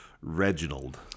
Reginald